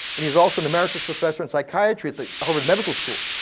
and he's also an emeritus professor in psychiatry at the harvard medical school.